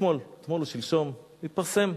אתמול או שלשום, זה התפרסם,